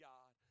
God